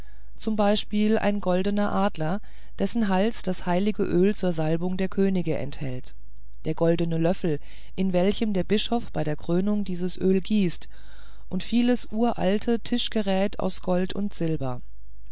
zum beispiel ein goldener adler dessen hals das heilige öl zur salbung der könige enthält der goldene löffel in welchen der bischof bei der krönung dieses öl gießt und vieles uralte tischgeräte von gold und silber